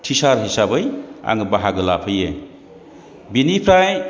टिसार हिसाबै आङो बाहागो लाफैयो बिनिफ्राय